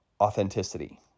authenticity